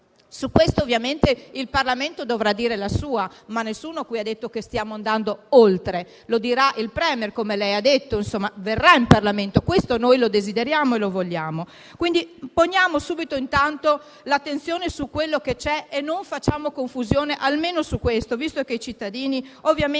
Su questo ovviamente il Parlamento dovrà dire la sua, ma nessuno qui ha detto che stiamo andando oltre. Lo dirà il *Premier*, come lei ha detto, quando verrà in Parlamento, come noi desideriamo. Poniamo intanto l'attenzione su quello che c'è e non facciamo confusione almeno su questo, visto che i cittadini ovviamente